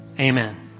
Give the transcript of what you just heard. Amen